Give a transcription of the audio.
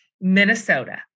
Minnesota